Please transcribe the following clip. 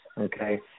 okay